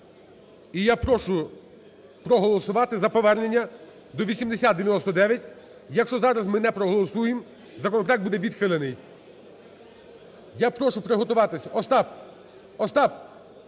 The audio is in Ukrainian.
І я прошу проголосувати за повернення до 8099. Якщо зараз ми не проголосуємо, законопроект буде відхилений. Я прошу приготуватись… Остап! Остап!